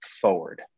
forward